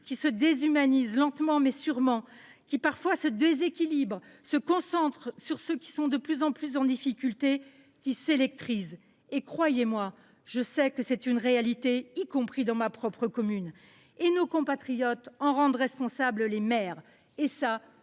qui se déshumanisent, lentement mais sûrement, qui se déséquilibrent parfois, qui se concentrent sur ceux qui sont de plus en plus en difficulté, qui s’électrisent. Croyez moi, c’est une réalité, y compris dans ma propre commune. Nos compatriotes en rendent responsables les maires, et ce